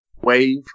wave